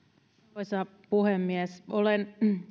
arvoisa puhemies olen